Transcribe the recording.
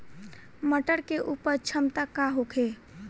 मटर के उपज क्षमता का होखे?